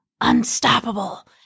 unstoppable